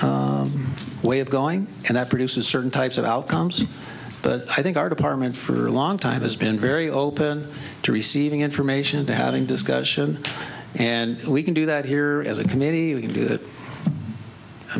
way of going and that produces certain types of outcomes but i think our department for a long time has been very open to receiving information and to having discussion and we can do that here as a committee we can do